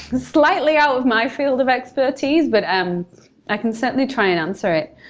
slightly out of my field of expertise, but um i can certainly try and answer it.